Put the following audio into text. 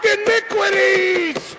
iniquities